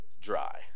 dry